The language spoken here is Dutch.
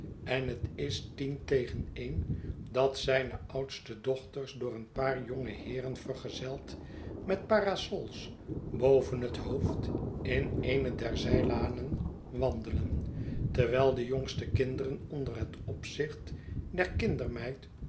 en het is tien tegen een dat zijne oudste dochters door een paar jonge heeren vergezeld met parasols boven het hoofd in eene der zijlanen wandelen terwijl de jongste kinderen onder het opzicht der